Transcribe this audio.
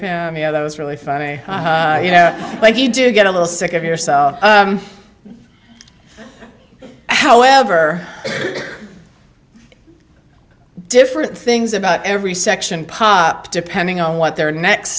funny you know that was really funny you know but you do get a little sick of yourself however different things about every section pop depending on what their next